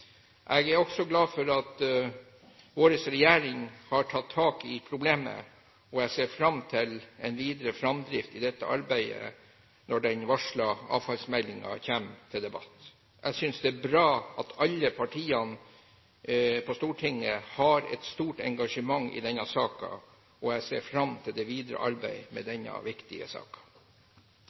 Jeg er også glad for at vår regjering har tatt tak i problemet, og jeg ser fram til en videre framdrift i dette arbeidet når den varslede avfallsmeldingen kommer til debatt. Jeg synes det er bra at alle partiene på Stortinget har et stort engasjement i denne saken, og jeg ser fram til det videre arbeid med denne viktige